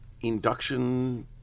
induction